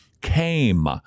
came